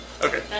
Okay